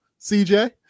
CJ